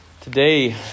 Today